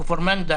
כפר מנדה,